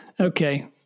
Okay